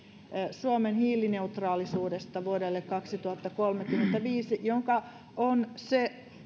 suomen hiilineutraalisuudesta vuodelle kaksituhattakolmekymmentäviisi joka on se